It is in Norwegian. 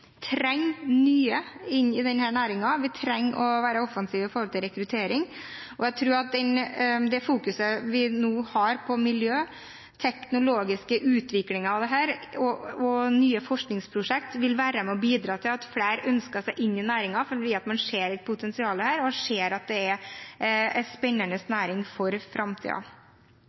trenger nye inn i denne næringen. Vi trenger å være offensive når det gjelder rekruttering. Jeg tror at miljøfokuset som vi har nå, den teknologiske utviklingen av dette og nye forskningsprosjekter vil være med å bidra til at flere ønsker seg inn i næringen fordi man ser et potensial, man ser at det er en spennende